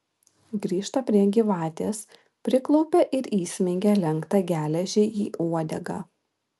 grįžta prie gyvatės priklaupia ir įsmeigia lenktą geležį į uodegą